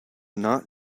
not